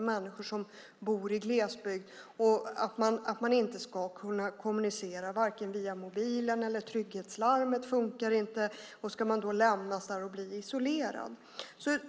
människor som bor i glesbygden sig otrygga. Man är orolig för att man inte ska kunna kommunicera via mobil, och trygghetslarmet fungerar inte. Ska man då lämnas och bli isolerad?